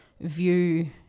view